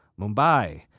Mumbai